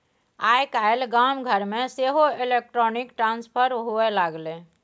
आय काल्हि गाम घरमे सेहो इलेक्ट्रॉनिक ट्रांसफर होए लागलै